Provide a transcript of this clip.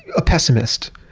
a pessimist.